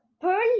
pearl